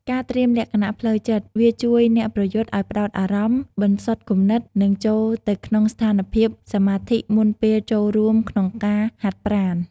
ការត្រៀមលក្ខណៈផ្លូវចិត្ត វាជួយអ្នកប្រយុទ្ធឱ្យផ្តោតអារម្មណ៍ បន្សុទ្ធគំនិត និងចូលទៅក្នុងស្ថានភាពសមាធិមុនពេលចូលរួមក្នុងការហាត់ប្រាណ។